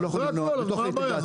אתה לא יכול למנוע בתוך האינטגרציה.